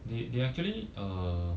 they they actually uh